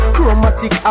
Chromatic